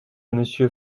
monsieur